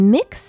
Mix